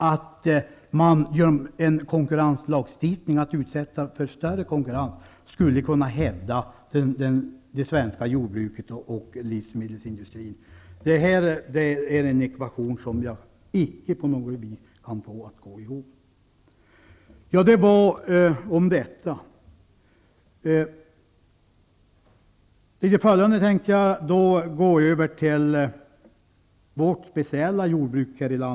Att man genom en konkurrenslagstiftning, dvs. genom att åstadkomma större konkurrens, skulle kunna hävda det svenska jordbruket och den svenska livsmedelsindustrin är en ekvation som jag icke på något vis får att gå ihop. Jag tänker nu gå över till ett speciellt område.